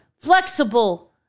flexible